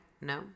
no